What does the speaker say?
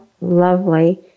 lovely